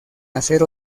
hacer